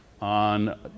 on